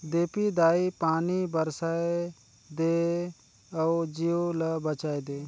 देपी दाई पानी बरसाए दे अउ जीव ल बचाए दे